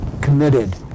committed